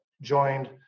joined